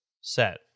set